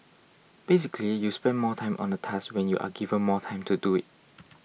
basically you spend more time on a task when you are given more time to do it